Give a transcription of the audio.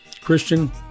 Christian